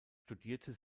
studierte